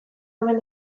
omen